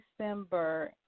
December